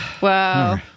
Wow